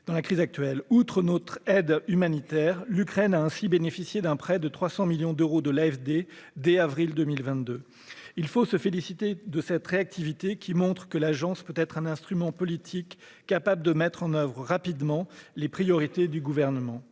dans la crise actuelle. Outre notre aide humanitaire, l'Ukraine a ainsi bénéficié d'un prêt de 300 millions d'euros de l'AFD dès avril 2022. Il faut se féliciter de cette réactivité, qui montre que l'Agence peut être un instrument politique capable de mettre en oeuvre rapidement les priorités du Gouvernement.